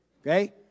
Okay